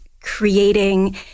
creating